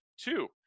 Two